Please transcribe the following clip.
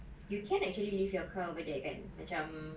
you can actually leave your car over there kan macam